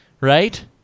right